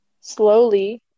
slowly